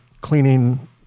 cleaning